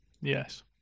Yes